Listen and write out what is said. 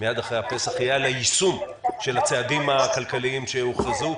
מיד אחרי הפסח יהיה על היישום של הצעדים הכלכליים שהוכרזו.